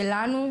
שלנו,